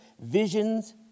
visions